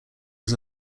was